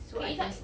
pre~ it's like